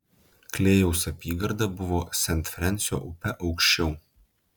klėjaus apygarda buvo sent frensio upe aukščiau